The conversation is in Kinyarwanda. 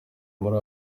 muri